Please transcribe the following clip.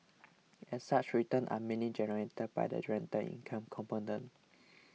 as such returns are mainly generated by the rental income component